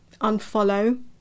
unfollow